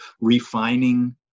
refining